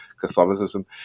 Catholicism